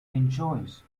enjoys